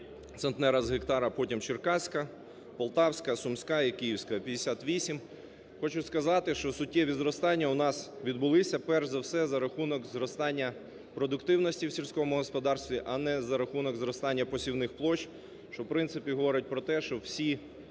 центнера з гектара, потім – Черкаська, Полтавська, Сумська і Київська – 58. Хочу сказати, що суттєві зростання у нас відбулися, перш за все, за рахунок зростання продуктивності в сільському господарстві, а не за рахунок зростання посівних площ, що в принципі говорить про те, що всі